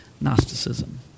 Gnosticism